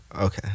Okay